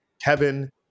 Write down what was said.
Kevin